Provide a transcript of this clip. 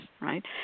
right